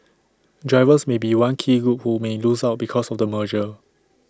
drivers may be one key group who may lose out because of the merger